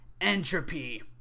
Entropy